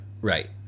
right